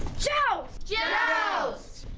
joust. joust.